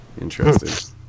Interesting